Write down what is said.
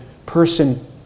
Person